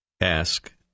Ask